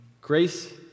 grace